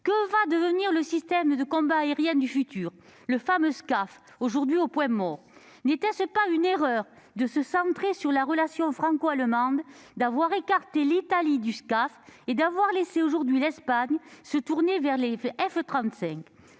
Que va devenir le système de combat aérien du futur, le fameux SCAF, aujourd'hui au point mort ? N'était-ce pas une erreur de se concentrer sur la relation franco-allemande, d'écarter l'Italie du SCAF et de laisser l'Espagne se tourner vers les F-35 ?